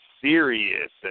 serious